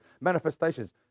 manifestations